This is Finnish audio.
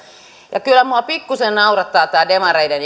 kyllä minua pikkusen naurattaa tämä demareiden